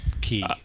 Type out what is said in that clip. key